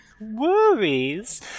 Worries